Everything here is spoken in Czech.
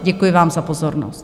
Děkuji vám za pozornost.